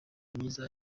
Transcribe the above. myiza